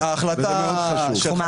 כי זה מאוד חשוב.